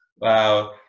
Wow